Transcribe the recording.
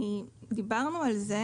אני מתקין תקנות אלה: